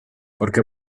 porque